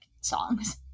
songs